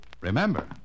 Remember